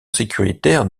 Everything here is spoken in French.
sécuritaire